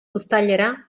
uztailera